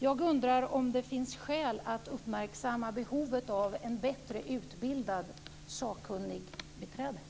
Jag undrar om det finns skäl att uppmärksamma behovet av bättre utbildade sakkunnigbiträden.